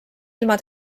ilma